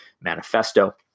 Manifesto